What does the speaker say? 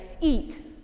eat